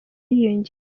yiyongera